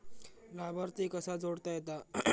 लाभार्थी कसा जोडता येता?